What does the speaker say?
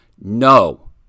no